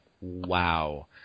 wow